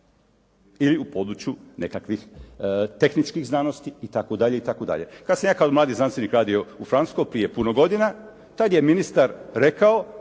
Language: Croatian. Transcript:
Ili u području nekakvih tehničkih znanosti i tako dalje i tako dalje. Kada sam ja kao mladi znanstvenik radio u Francuskoj prije puno godina tad je ministar rekao: